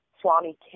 Swami